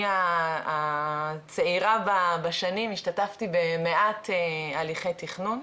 אני הצעירה בשנים השתתפתי במעט הליכי תכנון,